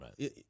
right